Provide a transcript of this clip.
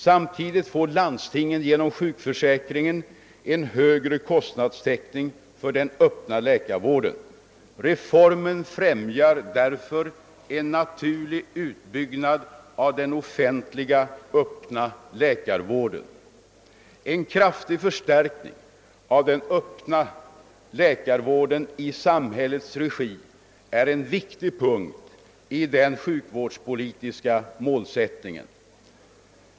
Samtidigt får landstingen genom sjukförsäkringen en högre kostnadstäckning för den öppna läkarvården. Reformen främjar därför en naturlig utbygg nad av den offentliga öppna läkarvården. En kraftig förstärkning av den öppna läkarvården i samhällets regi är en viktig punkt i den sjukvårdspolitiska målsättningen.